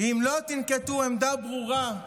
אם לא תנקטו עמדה ברורה,